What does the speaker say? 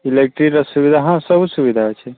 ଇଲେକ୍ଟ୍ରିର ସୁବିଧା ହଁ ସବୁ ସୁବିଧା ଅଛି